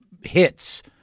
hits